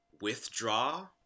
withdraw